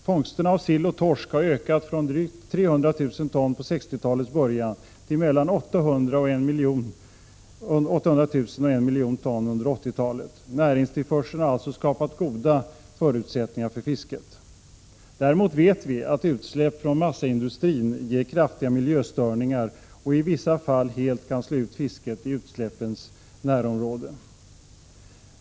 Fångsterna av sill och torsk har ökat från drygt 300 000 ton vid 1960-talets början till mellan 800 000 och 1 miljon ton under 1980-talet. Näringstillförseln har alltså skapat goda förutsättningar för fisket. Däremot vet vi att utsläpp från massaindustrin ger kraftiga miljöstörningar och i vissa fall helt kan slå ut fisket i utsläppens närområde.